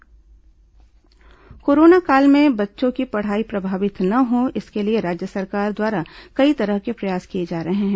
मोहल्ला class corona काल में बच्चों की पढ़ाई प्रभावित न हो इसके लिए राज्य सरकार द्वारा कई तरह के प्रयास किए जा रहे हैं